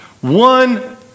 One